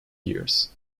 years